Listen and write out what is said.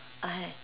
I